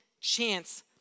chance